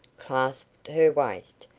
clasped her waist,